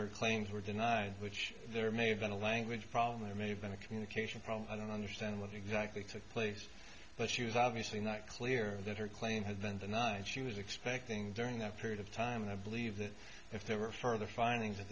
her claims were denied which there may have been a language problem there may have been a communication problem i don't understand what exactly took place but she was obviously not clear that her claim had been denied she was expecting during that period of time and i believe that if there were further findings